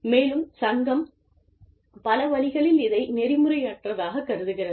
மேலும் சங்கம் பல வழிகளில் இதை நெறிமுறையற்றதாக கருதுகிறது